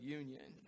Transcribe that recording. union